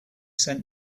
sent